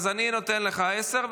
אני נותן לך עשר,